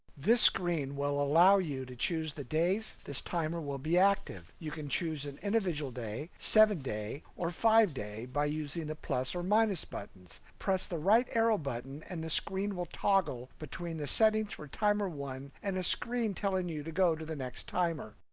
this screen will allow you to choose the days this timer will be active. you can choose an individual day, seven day or five day by using the plus or minus buttons. press the right arrow button and the screen will toggle between the setting for timer one and a screen telling you to go to the next timer.